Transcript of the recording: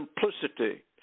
simplicity